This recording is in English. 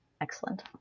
Excellent